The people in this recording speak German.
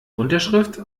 unterschrift